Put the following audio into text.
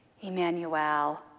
Emmanuel